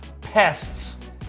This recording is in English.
pests